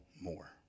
more